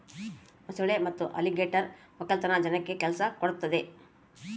ಮೊಸಳೆ ಮತ್ತೆ ಅಲಿಗೇಟರ್ ವಕ್ಕಲತನ ಜನಕ್ಕ ಕೆಲ್ಸ ಕೊಡ್ತದೆ